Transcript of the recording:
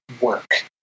work